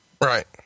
Right